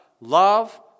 Love